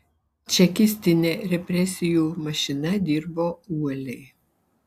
čekistinė represijų mašina dirbo uoliai